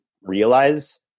realize